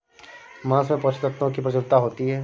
माँस में पोषक तत्त्वों की प्रचूरता होती है